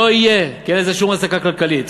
כי אין לזה שום הצדקה כלכלית.